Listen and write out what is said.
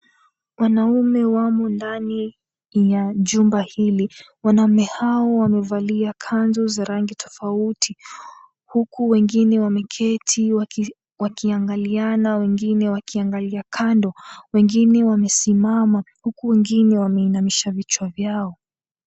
Wanaume wamo ndani ya jumba hili, wanaume hao wamevalia kanzu za rangi tofauti huku wengine wameketi wakiangaliana wengine wakiangalia kando, wengine wamesimama huku wengine wameinamisha vichwa vyao.